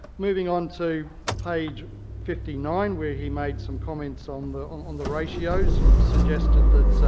moving on to page fifty nine, where he made some comments on the on the ratios and suggested that,